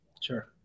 Sure